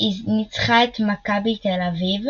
היא ניצחה את מכבי תל אביב